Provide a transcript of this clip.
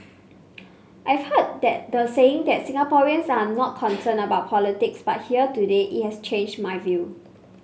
I've heard that the saying that Singaporeans are not concerned about politics but here today it has changed my view